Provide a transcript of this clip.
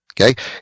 Okay